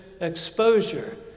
exposure